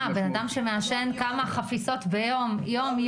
אדם שמעשן כמה חפיסות ביום, כל יום,